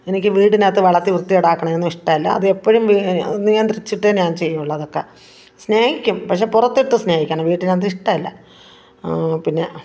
എനിക്ക് വീടിന് അകത്ത് വളർത്തി വൃത്തി കേടാക്കുനതൊന്നും ഇഷ്ടമല്ല അതെപ്പോഴും ഒന്ന് ഞാൻ നിയന്ത്രിച്ച് ഞാൻ ചെയ്യുവൊള്ള് അതൊക്കെ സ്നേഹിക്കും പക്ഷെ പുറത്തിട്ട് സ്നേഹിക്കണം വീട്ടിനകത്ത് ഇഷ്ടമല്ല പിന്നെ